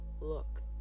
look